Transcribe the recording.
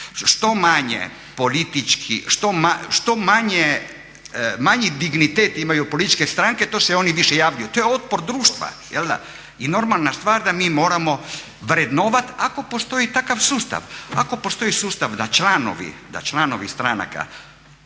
Što manje politički, što manji dignitet imaju političke stranke to se oni više javljaju. To je otpro društva, jel da? I normalna stvar da mi moramo vrednovati ako postoji takav sustav, ako postoji sustav da članovi stranaka,